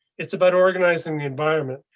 it's about organizing the environment.